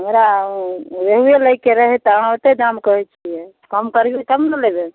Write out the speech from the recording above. हमरा रेहुए लैके रहै तऽ अहाँ ओतेक दाम कहैत छियै कम करबिही तब ने लेबै